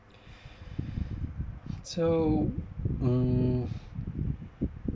so mm